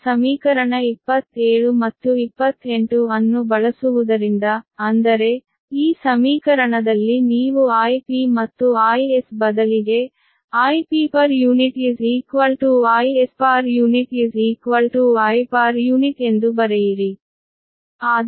ಈಗ ಸಮೀಕರಣ 27 ಮತ್ತು 28 ಅನ್ನು ಬಳಸುವುದರಿಂದ ಅಂದರೆ ಈ ಸಮೀಕರಣದಲ್ಲಿ ನೀವು Ip ಮತ್ತು Is ಬದಲಿಗೆ Ip Is I ಎಂದು ಬರೆಯಿರಿ